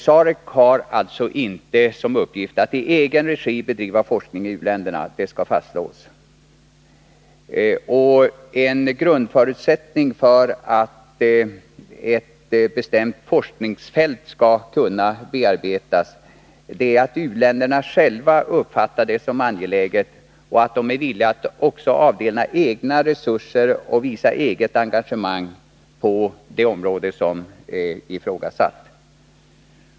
SAREC har alltså inte som uppgift att i egen regi bedriva forskning i u-länderna — det skall fastslås. En grundförutsättning för att ett bestämt forskningsfält skall kunna bearbetas är att u-länderna själva uppfattar det som angeläget och att de även är villiga att avdela egna resurser och visa eget engagemang på ifrågavarande område.